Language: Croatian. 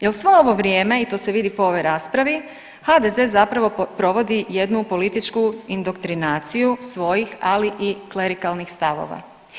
Jer svo ovo vrijeme i to se vidi po ovoj raspravi HDZ zapravo provodi jednu političku indoktrinaciju svojih ali i klerikalnih stavova.